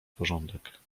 porządek